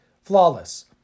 flawless